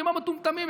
כמו מטומטמים,